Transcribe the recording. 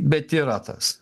bet yra tas